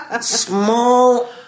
small